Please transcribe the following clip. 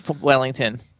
Wellington